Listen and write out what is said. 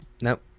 Nope